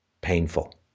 Painful